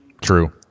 True